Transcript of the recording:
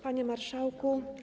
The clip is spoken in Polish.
Panie Marszałku!